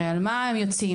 הרי על מה הם יוצאים?